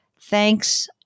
Thanks